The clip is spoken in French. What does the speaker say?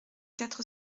quatre